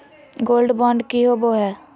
Gold bond की होबो है?